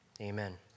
amen